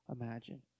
imagine